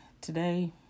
Today